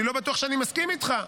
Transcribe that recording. אני לא בטוח שאני מסכים איתך,